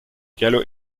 gallo